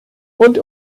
und